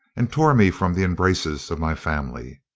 and tore me from the embraces of my family.